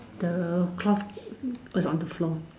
the cloth is on the floor